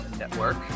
network